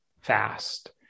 fast